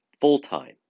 full-time